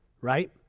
right